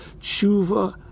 Tshuva